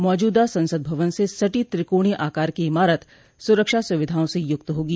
मौजूदा संसद भवन से सटी त्रिकोणीय आकार की इमारत सुरक्षा सुविधाओं से युक्त होगी